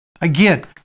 Again